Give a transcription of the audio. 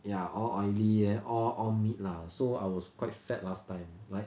ya all oily then all all meat lah so I was quite fat last time like